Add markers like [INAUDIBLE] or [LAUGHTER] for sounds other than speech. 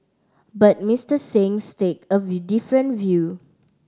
but Mister Singh stake of [UNINTELLIGIBLE] different view